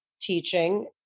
teaching